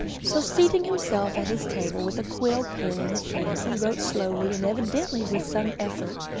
so seating himself at his table with a quill pen in his hand, he wrote slowly and evidently with some effort,